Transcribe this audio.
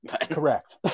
Correct